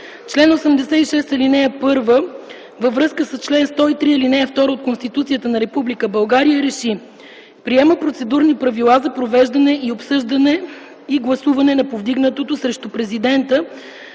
чл. 86, ал. 1, във връзка с чл. 103, ал. 2 от Конституцията на Република България РЕШИ: Приема процедурни правила за провеждане и обсъждане, и гласуване на повдигнатото срещу президента